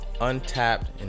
Untapped